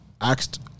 asked